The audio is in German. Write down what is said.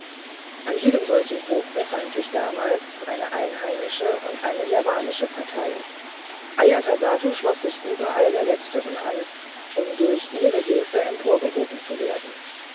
an jedem solchen hof befand sich damals eine einheimische und eine javanische partei ajatasattu schloß sich überall der letzteren an um durch ihre hilfe emporgehoben zu werden